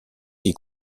qui